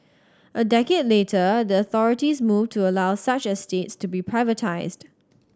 a decade later the authorities moved to allow such estates to be privatised